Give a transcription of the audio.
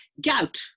gout